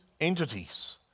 entities